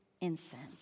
incense